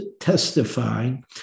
testifying